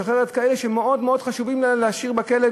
ומשחררת כאלה שמאוד מאוד חשוב להשאיר בכלא,